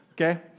okay